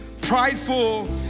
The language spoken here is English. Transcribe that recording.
prideful